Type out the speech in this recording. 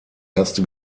erste